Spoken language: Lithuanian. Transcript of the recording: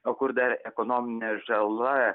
o kur dar ekonominė žala